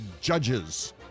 judges